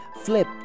flip